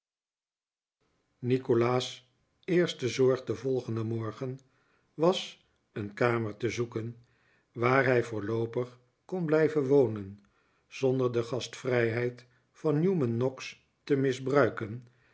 nikolaas eerste zorg den volgenden morgen was een kamer te zoeken waar hij voorloopig kon blijven wonen zonder de gastvrijheid van newman noggs te misbruiken